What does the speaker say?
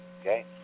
Okay